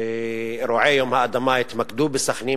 אירועי יום האדמה התמקדו בסח'נין